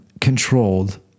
controlled